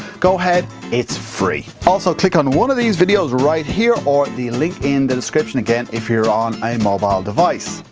go ahead, it's free. also, click on one of these videos here or the link in the description again, if you're on a mobile device.